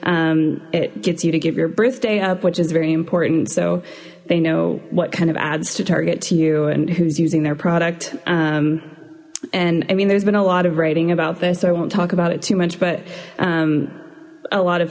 monthly it gets you to give your birthday up which is very important so they know what kind of ads to target to you and who's using their product and i mean there's been a lot of writing about this so i won't talk about it too much but a lot of